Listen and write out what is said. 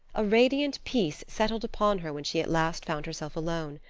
a radiant peace settled upon her when she at last found herself alone.